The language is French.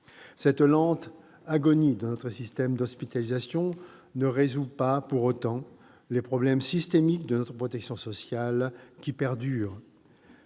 Cette lente agonie de notre système d'hospitalisation ne résout pas pour autant les problèmes systémiques de notre protection sociale qui perdurent.